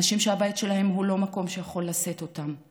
אנשים שהבית הוא לא מקום שיכול לשאת אותם.